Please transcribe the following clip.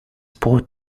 port